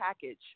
package